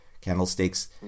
candlesticks